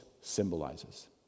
symbolizes